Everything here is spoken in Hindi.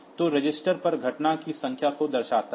तो रजिस्टर पर घटनाओं की संख्या को दर्शाता है